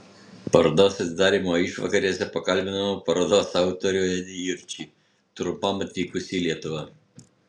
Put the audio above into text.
parodos atidarymo išvakarėse pakalbinome parodos autorių edį jurčį trumpam atvykusį į lietuvą